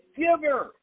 giver